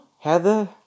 Heather